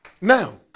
Now